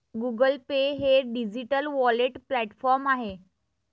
Google Pay हे digital wallet platform आहे